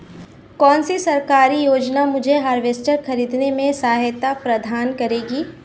कौन सी सरकारी योजना मुझे हार्वेस्टर ख़रीदने में सहायता प्रदान करेगी?